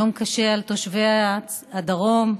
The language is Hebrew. יום קשה לתושבי הדרום,